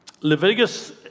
Leviticus